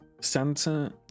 Santa